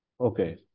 Okay